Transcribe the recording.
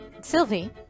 Sylvie